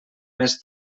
més